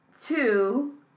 two